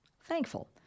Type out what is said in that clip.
Thankful